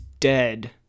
Dead